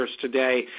today